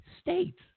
States